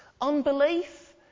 Unbelief